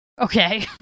Okay